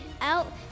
out